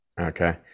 okay